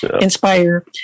inspire